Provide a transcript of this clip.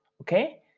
Okay